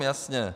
Jasně.